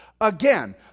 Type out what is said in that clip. Again